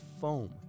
foam